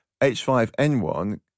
H5N1